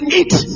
eat